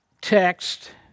text